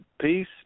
peace